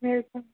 welcome